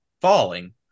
falling